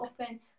open